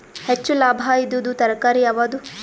ಹೆಚ್ಚು ಲಾಭಾಯಿದುದು ತರಕಾರಿ ಯಾವಾದು?